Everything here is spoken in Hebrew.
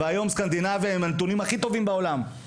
והיום סקנדינביה היא עם הנתונים הכי טובים בעולם.